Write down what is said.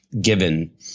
given